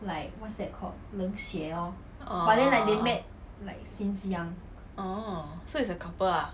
orh orh so it's a couple ah